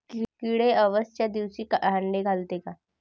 किडे अवसच्या दिवशी आंडे घालते का?